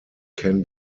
can